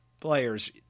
players